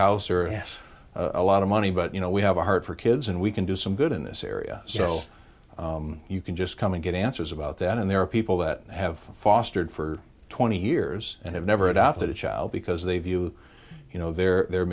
house or ask a lot of money but you know we have a heart for kids and we can do some good in this area so you can just come and get answers about that and there are people that have fostered for twenty years and have never adopted a child because they've you you know their their